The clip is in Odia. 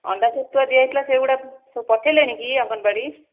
ଅଣ୍ଡା ଛତୁଆ ଦିଆହୋଇଥିଲା ସେଗୁଡ଼ା ସବୁ ପଠେଇଲେଣି କି ଅଙ୍ଗନବାଡ଼ି